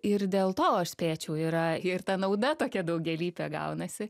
ir dėl to aš spėčiau yra ir ta nauda tokia daugialypė gaunasi